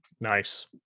Nice